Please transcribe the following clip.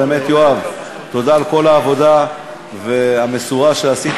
באמת, יואב, תודה על כל העבודה המסורה שעשית.